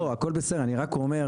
לא, הכל בסדר, אני רק אומר.